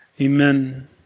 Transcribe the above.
Amen